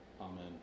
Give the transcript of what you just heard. Amen